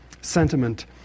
sentiment